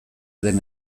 den